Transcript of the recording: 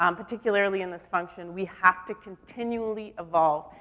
um particularly in this function, we have to continually evolve,